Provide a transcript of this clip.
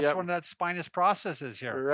yeah one of that spinous processes here.